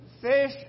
fish